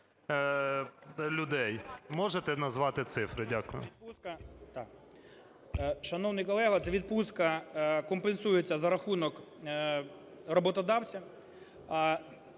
Можете назвати цифри? Дякую.